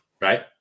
Right